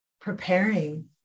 preparing